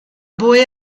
boy